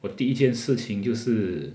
我第一件事情就是